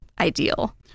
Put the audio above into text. ideal